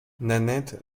nanette